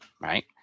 right